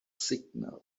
signal